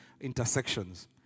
intersections